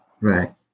Right